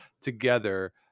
together